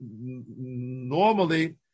normally